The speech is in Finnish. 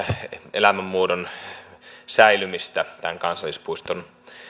elämänmuodon säilymistä tämän kansallispuiston